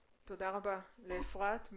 תודה רבה אפרת.